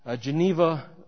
Geneva